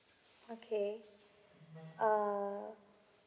okay uh